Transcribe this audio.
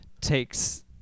takes